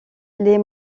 les